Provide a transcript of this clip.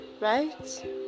right